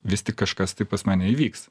vis tik kažkas tai pas mane įvyks